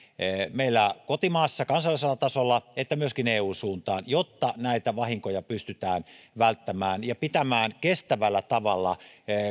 meillä kotimaassa kansallisella tasolla että myöskin eun suuntaan jotta näitä vahinkoja pystytään välttämään ja pystytään pitämään kestävällä tavalla